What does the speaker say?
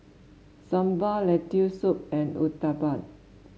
Sambar Lentil Soup and Uthapam